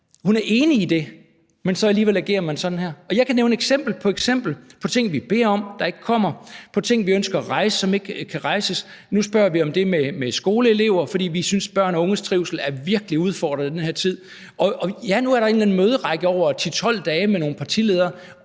hun er enig i det, men alligevel agerer man sådan her. Jeg kan nævne eksempel på eksempel på ting, vi beder om, der ikke kommer, og spørgsmål, vi ønsker at rejse, som ikke kan rejses. Nu spørger vi om det med skoleelever, fordi vi synes, at børn og unges trivsel virkelig er udfordret i den her tid. Ja, nu er der en eller anden møderække over 10-12 dage med nogle partiledere,